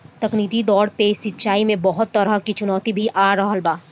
तकनीकी तौर पर सिंचाई में बहुत तरह के चुनौती भी आ रहल बा